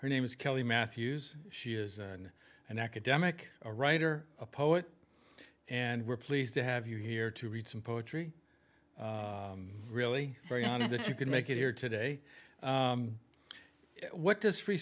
her name is kelly matthews she is an academic a writer a poet and we're pleased to have you here to read some poetry really very odd that you can make it here today what does free